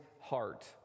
heart